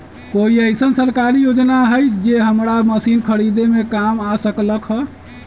कोइ अईसन सरकारी योजना हई जे हमरा मशीन खरीदे में काम आ सकलक ह?